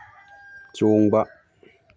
ꯆꯣꯡꯕ